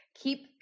keep